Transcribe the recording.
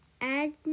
Add